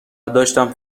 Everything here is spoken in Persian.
داشتم